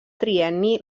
trienni